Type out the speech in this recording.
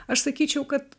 aš sakyčiau kad